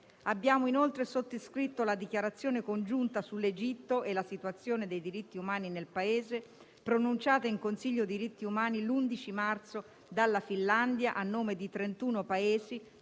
Abbiamo inoltre sottoscritto la dichiarazione congiunta sull'Egitto e la situazione dei diritti umani nel Paese, pronunciata in Consiglio per i diritti umani l'11 marzo dalla Finlandia, a nome di 31 Paesi